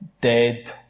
dead